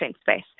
space